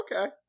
Okay